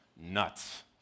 nuts